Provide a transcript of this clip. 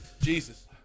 jesus